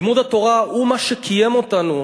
לימוד התורה הוא מה שקיים אותנו,